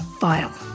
vile